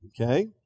Okay